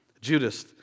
Judas